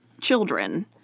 children